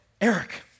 Eric